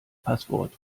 passwort